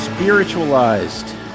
spiritualized